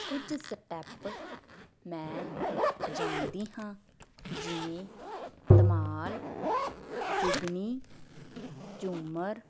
ਕੁਝ ਸਟੈਪ ਮੈਂ ਜਾਣਦੀ ਹਾਂ ਜਿਵੇਂ ਧਮਾਲ ਜੁਗਨੀ ਝੂਮਰ